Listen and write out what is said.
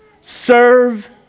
Serve